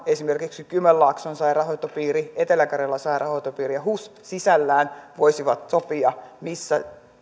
esimerkiksi kymenlaakson sairaanhoitopiiri etelä karjalan sairaanhoitopiiri ja hus sisällään voisivat sopia missä